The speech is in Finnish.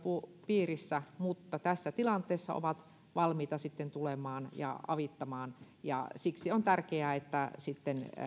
piirissä mutta tässä tilanteessa ovat valmiita tulemaan avittamaan ja siksi on tärkeää että autamme sitten